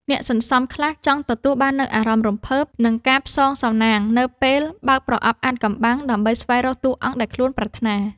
អ្នកសន្សំខ្លះចង់ទទួលបាននូវអារម្មណ៍រំភើប និងការផ្សងសំណាងនៅពេលបើកប្រអប់អាថ៌កំបាំង ដើម្បីស្វែងរកតួអង្គដែលខ្លួនប្រាថ្នា។